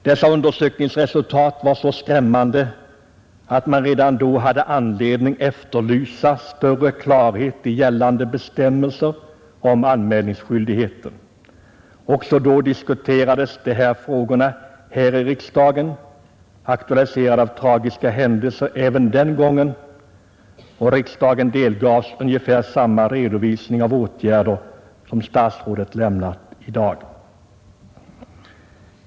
Dessa undersökningsresultat var så skrämmande att man redan då hade anledning efterlysa större klarhet i gällande bestämmelser om anmälningsskyldigheten. Också då diskuterades dessa frågor här i riksdagen — aktualiserade av tragiska händelser även den gången — och riksdagen delgavs ungefär samma redovisning av åtgärder som statsrådet lämnat i dag.